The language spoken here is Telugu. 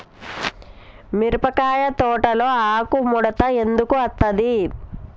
మిరపకాయ తోటలో ఆకు ముడత ఎందుకు అత్తది?